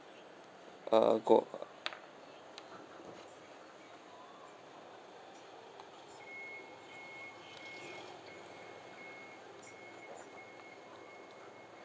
uh go